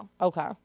Okay